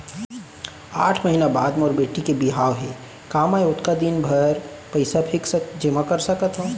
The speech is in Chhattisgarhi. आठ महीना बाद मोर बेटी के बिहाव हे का मैं ओतका दिन भर पइसा फिक्स जेमा कर सकथव?